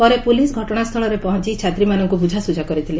ପରେ ପୁଲିସ୍ ଘଟଣାସ୍ଚଳରେ ପହଞ୍ ଛାତ୍ରୀମାନଙ୍ଙୁ ବୁଝାଶୁଝା କରିଥିଲେ